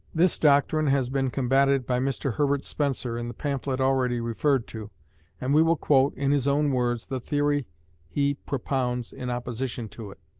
this doctrine has been combated by mr herbert spencer, in the pamphlet already referred to and we will quote, in his own words, the theory he propounds in opposition to it